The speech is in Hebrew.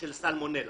של סלמונלה.